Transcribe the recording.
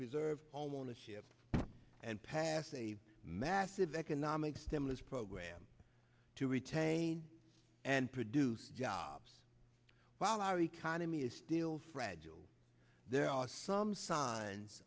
preserve homeownership and pass a massive economic stimulus program to retain and produce jobs while our economy is still fragile there are some signs